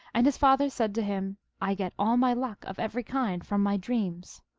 and his father said to him, i get all my luck of every kind from my dreams.